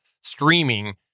streaming